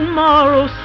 Tomorrow